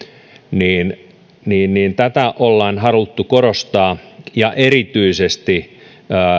niin niin tätä ollaan haluttu korostaa ja erityisesti